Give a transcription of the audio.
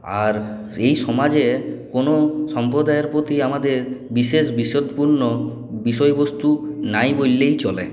আর এই সমাজের কোনও সম্প্রদায়ের প্রতি আমাদের বিশেষ বিষদপূর্ণ বিষয়বস্তু নাই বললেই চলে